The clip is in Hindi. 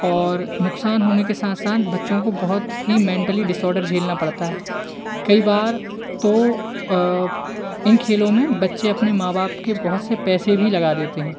और नुकसान होने के साथ साथ बच्चों को बहुत ही मेंटली डिसऑर्डर झेलना पड़ता है कई बार तो इन खेलों में बच्चे अपने माँ बाप के बहुत से पैसे भी लगा देते हैं